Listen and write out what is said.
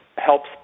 helps